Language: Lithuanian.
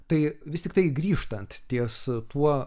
tai vis tiktai grįžtant ties tuo